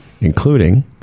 including